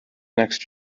next